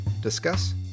discuss